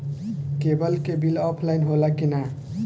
Cable के bill offline होला कि ना?